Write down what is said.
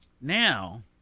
now